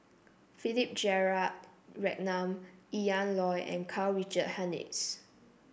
Philip Ian Loy and Karl Richard Hanitsch